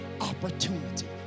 opportunity